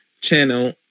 channel